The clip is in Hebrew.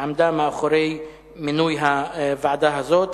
שעמדה מאחורי מינוי הוועדה הזאת.